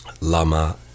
lama